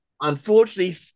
Unfortunately